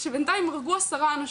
כולם מאוד התעניינו והגיעו לחברת החשמל.